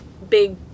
big